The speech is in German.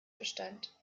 bestand